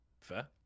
Fair